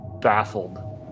baffled